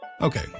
Okay